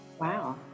Wow